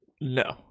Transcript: No